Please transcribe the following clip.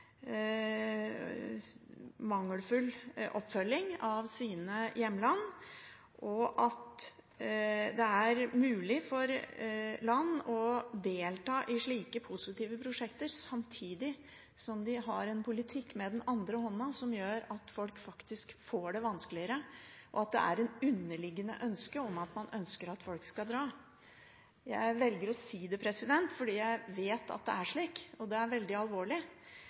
mangelfull oppfølging fra sine hjemland, og at det er mulig for land å delta i slike positive prosjekter samtidig som de – med den andre hånda – har en politikk som gjør at folk faktisk får det vanskeligere, at det er et underliggende ønske om at folk skal dra. Jeg velger å si dette fordi jeg vet at det er slik, og det er veldig alvorlig.